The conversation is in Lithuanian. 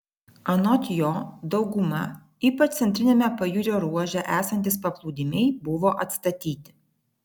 anot jo dauguma ypač centriniame pajūrio ruože esantys paplūdimiai buvo atstatyti